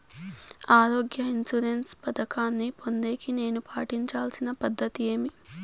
ఆరోగ్య ఇన్సూరెన్సు పథకాన్ని పొందేకి నేను పాటించాల్సిన పద్ధతి ఏమి?